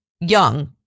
young